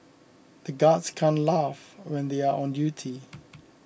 the guards can't laugh when they are on duty